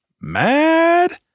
mad